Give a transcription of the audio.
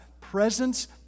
presence